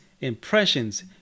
impressions